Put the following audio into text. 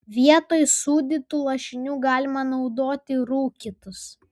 vietoj sūdytų lašinių galima naudoti rūkytus